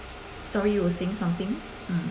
sorry you were saying something mm